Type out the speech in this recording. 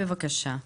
בבקשה.